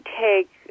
take